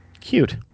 Cute